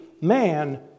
man